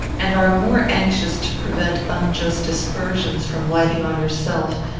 and are more anxious to prevent unjust aspersions from lighting on yourself,